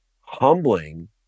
humbling